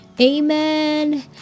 amen